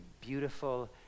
beautiful